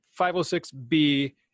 506B